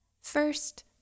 First